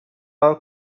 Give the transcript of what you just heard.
our